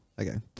Okay